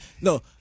No